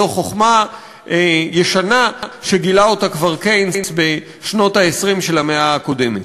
זו חוכמה ישנה שגילה אותה כבר קיינס בשנות ה-20 של המאה הקודמת.